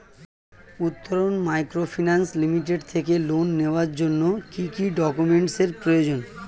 Uttaran microfinance limited থেকে loan নেওয়ার জন্য কি কি ডকুমেন্টস এর প্রয়োজন?